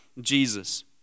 Jesus